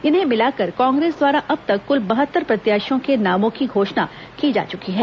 इन्हें मिलाकर कांग्रेस द्वारा अब तक कुल बहत्तर प्रत्याशियों के नामों की घोषणा की जा चुकी है